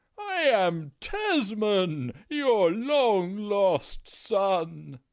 i am tesman, your long-lost son.